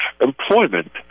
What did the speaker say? employment